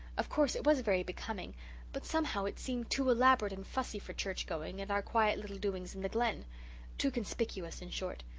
of course, it was very becoming but somehow it seemed too elaborate and fussy for church going and our quiet little doings in the glen too conspicuous, in short.